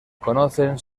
conocen